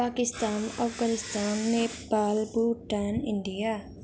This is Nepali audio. पाकिस्तान अफगानिस्तान नेपाल भूटान इन्डिया